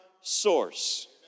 source